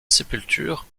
sépulture